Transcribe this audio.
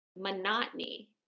monotony